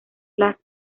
las